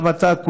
גם אתה,